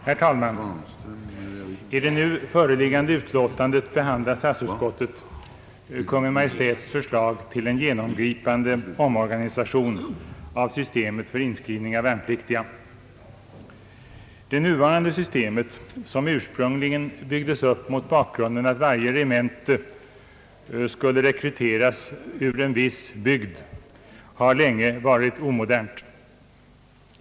Herr talman! I det nu föreliggande utlåtandet — behandlar = statsutskottet Kungl. Maj:ts förslag till en genomgripande omorganisation av systemet för inskrivning av värnpliktiga. Det nuvarande systemet, som ursprungligen byggdes upp mot bakgrunden av att varje regemente skulle rekryteras från en viss bygd, har länge varit omodernt.